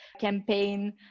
campaign